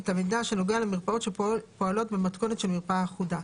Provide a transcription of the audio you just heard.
את המידע שנוגע למרפאות שפועלות במתכונת של מרפאה אחודה.